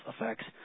effects